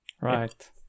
Right